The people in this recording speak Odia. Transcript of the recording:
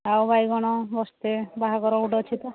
ଆଉ ବାଇଗଣ ବସ୍ତାଏ ବାହାଘର ଗୋଟେ ଅଛି ତ